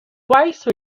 twice